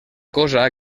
cosa